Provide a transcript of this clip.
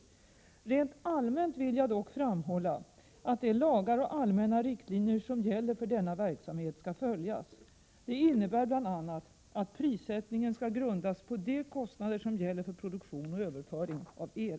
Rent allmänt vill jag dock framhålla att de lagar och allmänna riktlinjer som gäller för denna verksamhet skall följas. Detta innebär bl.a. att prissättningen skall grundas på de kostnader som gäller för produktion och överföring av el.